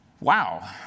Wow